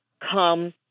come